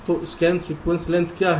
तो scan sequence length क्या है